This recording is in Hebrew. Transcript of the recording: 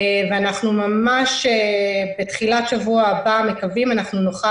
ואנחנו ממש בתחילת שבוע הבא מקווים שנוכל